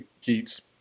Keats